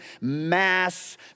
mass